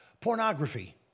pornography